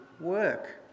work